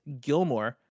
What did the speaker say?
Gilmore